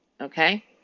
Okay